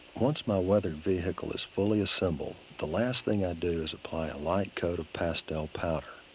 once my weathered vehicle is fully assembled, the last thing i do is apply a light coat of pastel powder.